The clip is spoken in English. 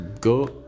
go